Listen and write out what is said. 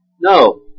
No